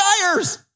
tires